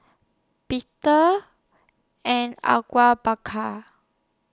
Peter and Bakar